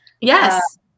Yes